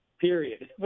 period